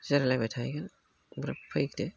जिरायलायबाय थायो ओमफ्राय फैदो